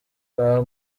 rwa